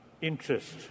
interest